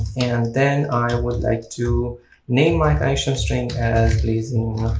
and then i would like to name my connection string as blazingchat